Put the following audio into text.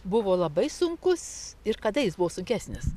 buvo labai sunkus ir kada jis buvo sunkesnis